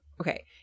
okay